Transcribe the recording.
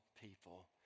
people